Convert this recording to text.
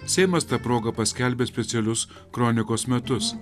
seimas ta proga paskelbė specialius kronikos metus